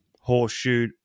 horseshoe